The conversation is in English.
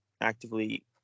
actively